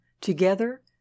Together